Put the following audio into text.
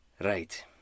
Right